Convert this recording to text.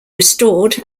restored